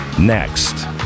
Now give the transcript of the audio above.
next